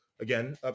again